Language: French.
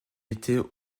était